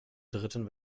dritten